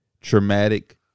traumatic